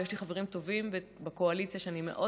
ויש לי חברים טובים בקואליציה שאני מאוד